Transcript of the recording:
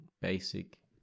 basic